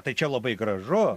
tai čia labai gražu